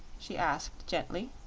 she asked, gently.